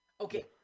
Okay